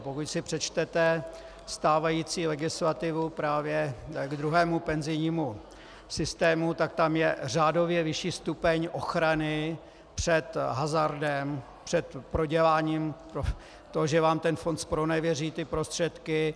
Pokud si přečtete stávající legislativu k druhému penzijnímu systému, tak tam je řádově vyšší stupeň ochrany před hazardem, před proděláním, před tím, že vám ten fond zpronevěří prostředky.